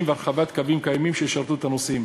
והרחבת קווים קיימים שישרתו את הנוסעים.